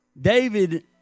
David